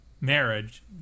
marriage